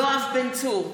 יואב בן צור,